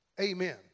amen